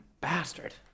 Bastard